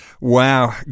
Wow